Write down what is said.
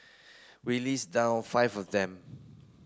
we list down five of them